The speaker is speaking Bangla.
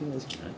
ঠিক আছে